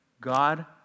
God